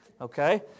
okay